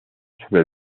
sobre